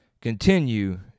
Continue